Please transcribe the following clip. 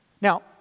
Now